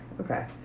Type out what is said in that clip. okay